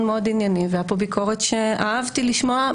מאוד ענייני והייתה פה ביקורת שאהבתי לשמוע,